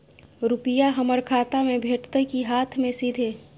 रुपिया हमर खाता में भेटतै कि हाँथ मे सीधे?